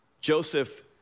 Joseph